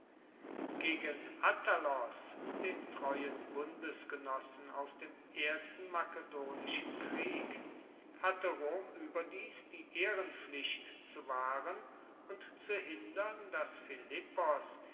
gegen attalos den treuen bundesgenossen aus dem ersten makedonischen krieg hatte rom ueberdies die ehrenpflicht zu wahren und zu hindern dass philippos